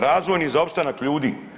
Razvojni, za opstanak ljudi.